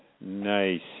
Nice